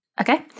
Okay